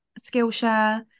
Skillshare